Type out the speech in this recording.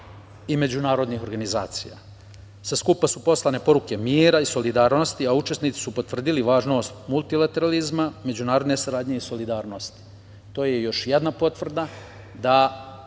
i međunarodnih organizacija. Sa skupa su poslane poruke mira i solidarnosti, a učesnici su potvrdili važnost multilateralizma, međunarodne saradnje i solidarnosti. To je još jedna potvrda da